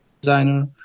designer